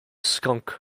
skunk